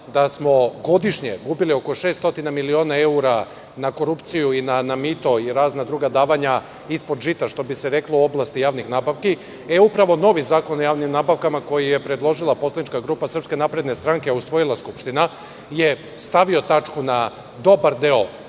da smo godišnje gubili oko 600 miliona evra na korupciju, na mito i na razna druga davanja ispod žita, što bi se reklo, u oblasti javnih nabavki. Upravo novi Zakon o javnim nabavkama, koji je predložila poslanička grupa SNS i usvojila Skupština, je stavio tačku na dobar deo